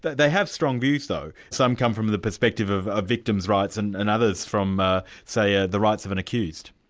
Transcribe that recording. they have strong views though some come from the perspective of a victim's rights and and others from ah say ah the rights of an accused.